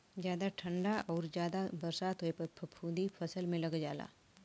जादा ठंडा आउर जादा बरसात होए पर फफूंदी फसल में लग जाला